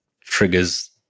triggers